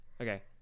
Okay